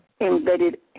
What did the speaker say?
embedded